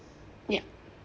yup